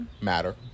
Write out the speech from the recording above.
Matter